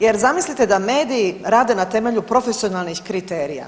Jer zamislite da mediji rade na temelju profesionalnih kriterija.